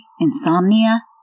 insomnia